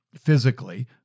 physically